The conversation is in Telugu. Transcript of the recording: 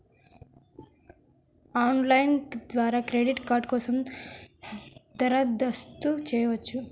ఆన్లైన్ ద్వారా క్రెడిట్ కార్డ్ కోసం దరఖాస్తు చేయవచ్చా?